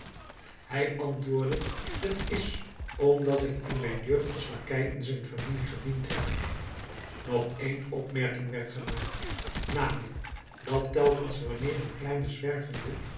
hij antwoordde t is omdat ik in mijn jeugd als lakei in zijn familie gediend heb nog één opmerking werd gemaakt namelijk dat telkens wanneer een kleine zwervende